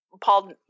Paul